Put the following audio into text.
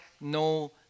no